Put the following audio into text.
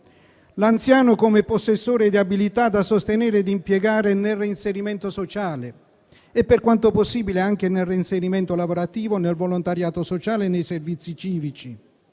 L'anziano come possessore di abilità da sostenere e impiegare nel reinserimento sociale e, per quanto possibile, anche nel reinserimento lavorativo, nel volontariato sociale e nei servizi civici.